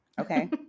okay